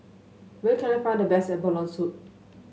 where can I find the best Boiled Abalone Soup